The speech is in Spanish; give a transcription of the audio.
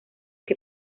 que